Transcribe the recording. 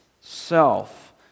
self